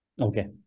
Okay